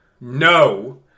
No